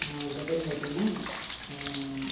அதுக்கு அப்புறம் பார்த்தீங்கன்னா